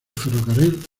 ferrocarril